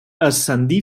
ascendí